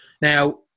Now